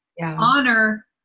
honor